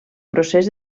procés